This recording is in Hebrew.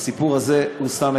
בסיפור הזה הוא שם,